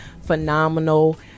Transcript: phenomenal